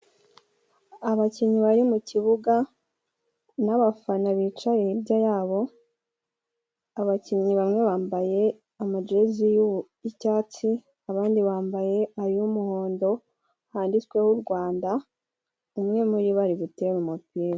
Abakinnyi bari mu kibuga n'abafana bicaye hirya yabo, abakinnyi bamwe bambaye amajezi y'icyatsi, abandi bambaye ay'umuhondo, handitseho u Rwanda, umwe muri bo ari gutera umupira.